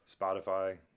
Spotify